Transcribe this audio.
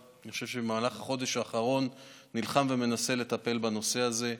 ובמהלך החודש האחרון משרד הבריאות כבר נלחם ומנסה לטפל בנושא הזה.